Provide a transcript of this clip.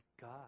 God